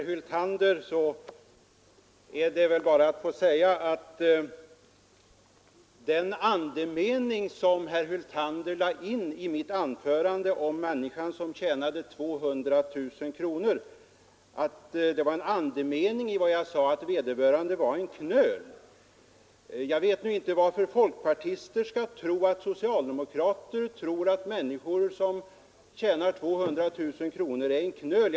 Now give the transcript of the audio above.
Herr talman! Den andemening herr Hyltander lade in i mitt anförande om den som tjänade 200000 kronor var att jag ansåg, att denna människa skulle vara en knöl. Jag vet nu inte varför folkpartister skall tro att socialdemokrater anser att människor som tjänar 200 000 kronor är knölar.